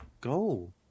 Go